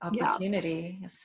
opportunity